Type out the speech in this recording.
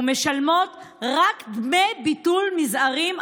ומשלמות רק דמי ביטול מזעריים,